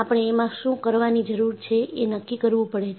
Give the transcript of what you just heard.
આપણે એમાં શું કરવાની જરૂર છે એ નક્કી કરવું પડે છે